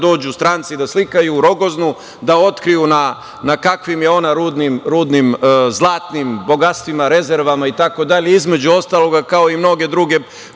dođu stranci da slikaju Rogoznu, da otkriju na kakvim je ona rudnim zlatnim bogatstvima, rezervama, itd. između ostalog kao i mnoge druge